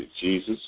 Jesus